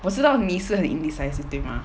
我知道你是很 indecisive 对吗